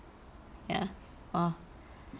ya oh